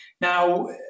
Now